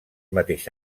mateix